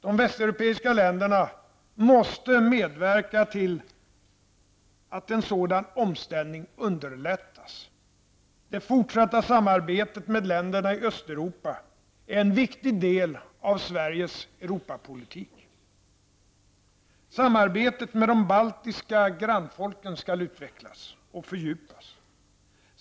De västeuropeiska länderna måste medverka till att en sådan omställning underlättas. Det fortsatta samarbetet med länderna i Östeuropa är en viktig del av Sveriges Europapolitik. Samarbetet med de baltiska grannfolken skall utvecklas och fördjupas.